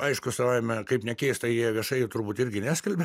aišku savaime kaip nekeista jie viešai jų turbūt irgi neskelbia